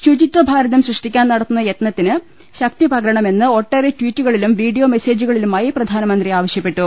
ശുചിത്വഭാരതം സൃഷ്ടിക്കാൻ നടത്തുന്ന യത്നത്തിന് ശക്തി പകരണമെന്ന് ഒട്ടേറെ ട്വീറ്റുകളിലും വീഡിയോ മെസേജുകളിലു മായി പ്രധാനമന്ത്രി ആവശ്യപ്പെട്ടു